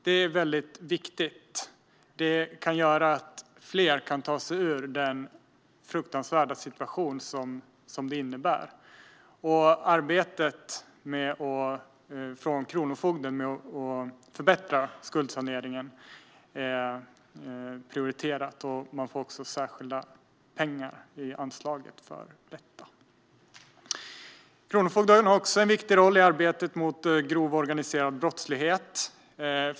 Det är väldigt viktigt och kan göra att fler kan ta sig ur en fruktansvärd situation. Kronofogdens arbete med att förbättra skuldsaneringen är prioriterat, och de får särskilda pengar i anslaget för detta. Kronofogden har en viktig roll också i arbetet mot grov organiserad brottslighet.